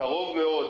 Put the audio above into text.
קרוב מאוד